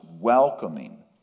welcoming